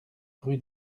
rue